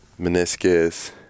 Meniscus